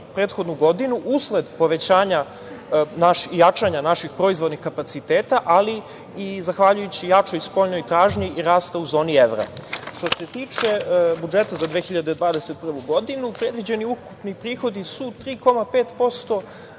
prethodnu godinu usled povećanja i jačanja naših proizvodnih kapaciteta, ali i zahvaljujući jačoj spoljnoj tražnji i rasta u zoni evra. Što se tiče budžeta za 2021. godinu, predviđeni ukupni prihodi su 3,5%